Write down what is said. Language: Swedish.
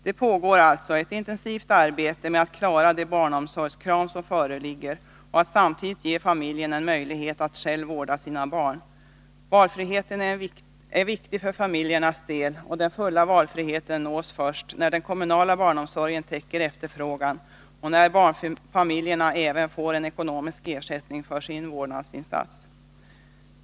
Det pågår alltså ett intensivt arbete med att klara de barnomsorgskrav som föreligger och att samtidigt ge familjerna möjlighet att själva vårda sina barn. Valfriheten är viktig för familjernas del, och den fulla valfriheten nås först när den kommunala barnomsorgen täcker efterfrågan och när barnfamiljerna även får en ekonomisk ersättning för sin vårdnadsinsats.